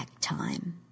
time